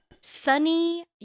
sunny